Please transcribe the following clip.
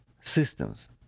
systems